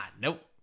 Nope